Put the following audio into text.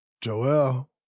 Joel